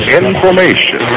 information